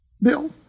Bill